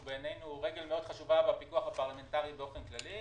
שהוא בעינינו רגל חשובה מאוד בפיקוח הפרלמנטרי באופן כללי.